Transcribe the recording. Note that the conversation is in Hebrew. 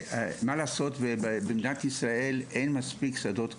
מה לעשות שבמדינת ישראל אין מספיק שדות קליניים.